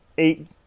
Eight